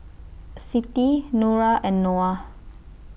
Siti Nura and Noah